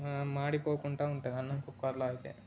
మాడిపోకుండా ఉంటుంది అన్నం కుక్కర్లో అయితే